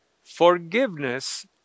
Forgiveness